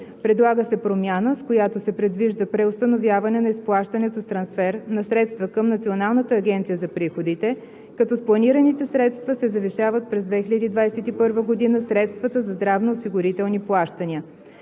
Предлага се промяна, с която се предвижда преустановяване на изплащането с трансфер на средства към Националната агенция за приходите, като с планираните средства се завишават през 2021 г. средствата за здравноосигурителни плащания.